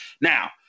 Now